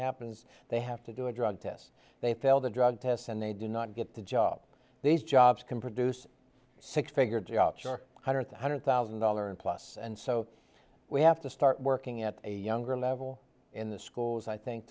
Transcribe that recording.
happens they have to do a drug test they fail the drug tests and they do not get the job these jobs can produce a six figure job sure hundred to hundred thousand dollars plus and so we have to start working at a younger level in the schools i think